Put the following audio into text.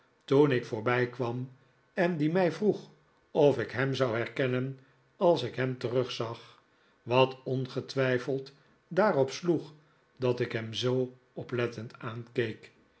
toen ik voorbijkwam en die mij vroeg of ik hem zou herkennen als ik hem terugzag wat ongetwijfeld daarop sloeg dat ik hem zoo oplettend aankeek